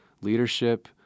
leadership